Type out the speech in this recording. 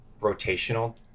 rotational